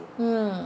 mm